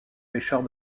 pêcheurs